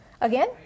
again